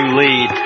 lead